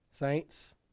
Saints